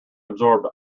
absorbed